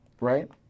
right